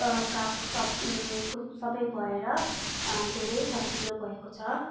क का सबको सबै भएर धेरै सजिलो भएको छ